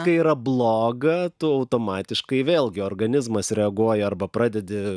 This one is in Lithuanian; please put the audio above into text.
kai yra bloga tu automatiškai vėlgi organizmas reaguoja arba pradedi